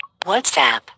WhatsApp